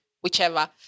whichever